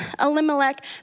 Elimelech